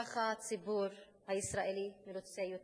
כך הציבור הישראלי מרוצה יותר.